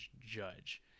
Judge